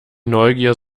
neugier